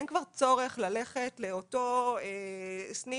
אין כבר צורך ללכת לאותו סניף בנק.